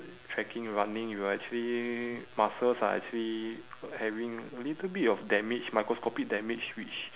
trekking running you are actually muscles are actually having a little bit of damage microscopic damage which